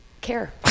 care